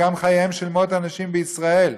גם חייהם של מאות אנשים בישראל",